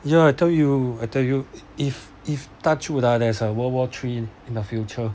you know I tell you I tell you if if touch wood lah there's a world war three in the future